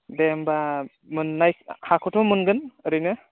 दे होमब्ला मोननाय हाखौथ' मोनगोन ओरैनो